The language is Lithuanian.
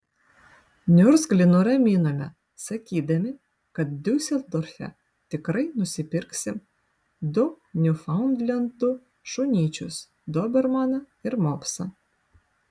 niurgzlį nuraminome sakydami kad diuseldorfe tikrai nusipirksim du niufaundlendų šunyčius dobermaną ir mopsą